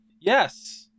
Yes